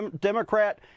Democrat